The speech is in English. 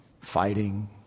fighting